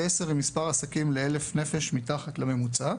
ועשר עם מספר עסקים ל-1,000 נפשות שנמצא מתחת לממוצע.